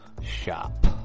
shop